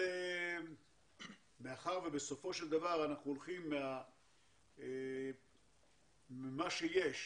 אנחנו הולכים עם מה שיש,